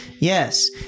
Yes